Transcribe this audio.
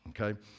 okay